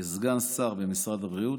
לסגן שר במשרד הבריאות.